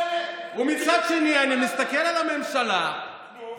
ומצד שני, אני מסתכל על הממשלה, נו?